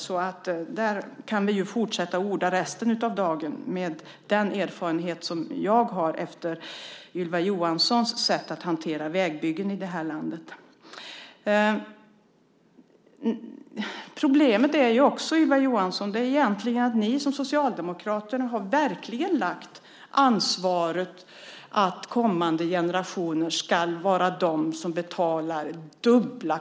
Jag har erfarenhet av Ylva Johanssons sätt att hantera vägbyggen i det här landet, så om detta kan vi fortsätta att orda resten av dagen. Problemet är också, Ylva Johansson, att ni socialdemokrater verkligen har lagt ansvaret på kommande generationer att betala dubbelt.